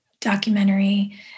documentary